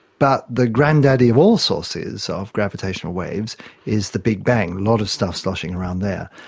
but the granddaddy of all sources of gravitational waves is the big bang, a lot of stuff sloshing around there.